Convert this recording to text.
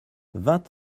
vingt